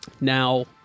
Now